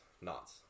nuts